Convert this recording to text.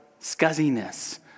scuzziness